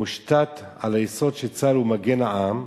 מושתת על היסוד שצה"ל הוא מגן העם,